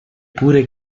pure